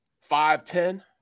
five-ten